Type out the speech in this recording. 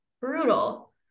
brutal